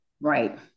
Right